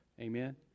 Amen